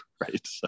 Right